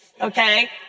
okay